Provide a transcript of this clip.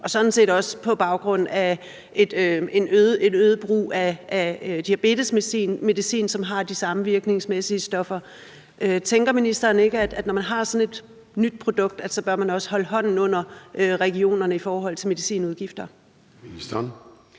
er sådan set også på grund af en øget brug af diabetesmedicin, som har de samme virkningsmæssige stoffer. Tænker ministeren ikke, at når man har sådan et nyt produkt, bør man også holde hånden under regionerne i forhold til medicinudgifter? Kl.